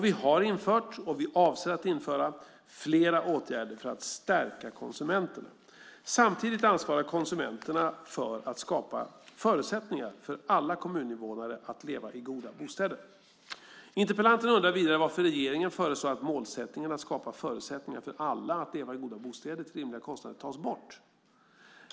Vi har infört, och vi avser att införa, flera åtgärder för att stärka konsumenterna. Samtidigt ansvarar kommunerna för att skapa förutsättningar för alla kommuninvånare att leva i goda bostäder. Interpellanten undrar vidare varför regeringen föreslår att målsättningen att skapa förutsättningar för alla att leva i goda bostäder till rimliga kostnader tas bort.